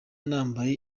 nambaye